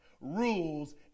rules